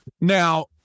Now